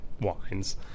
wines